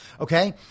Okay